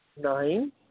nine